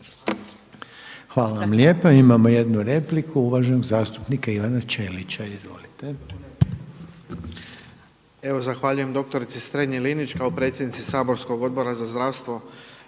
Hvala vam lijepa. Imamo jednu repliku uvaženog zastupnika Ivana Ćelića. Izvolite.